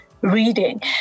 reading